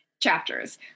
chapters